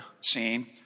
scene